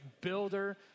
builder